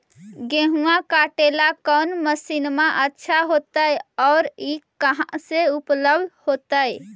गेहुआ काटेला कौन मशीनमा अच्छा होतई और ई कहा से उपल्ब्ध होतई?